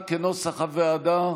השנייה, כנוסח הוועדה.